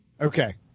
Okay